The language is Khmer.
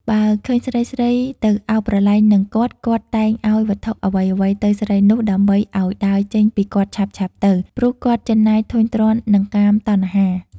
បើឃើញស្រីៗ ទៅឱបប្រឡែងនឹងគាត់ៗ តែងឲ្យវត្ថុអ្វីៗទៅស្រីនោះ ដើម្បីឲ្យដើរចេញពីគាត់ឆាប់ៗទៅ ព្រោះគាត់ជិនណាយធុញទ្រាន់នឹងកាមតណ្ហា ។